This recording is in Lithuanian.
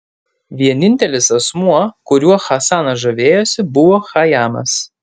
vienintelis asmuo kuriuo hasanas žavėjosi buvo chajamas